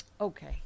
Okay